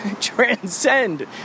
transcend